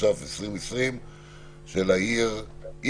התש"ף-2020 - יהוד-מונוסון.